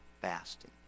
fasting